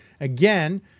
Again